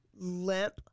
limp